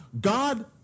God